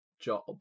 jobs